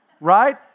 right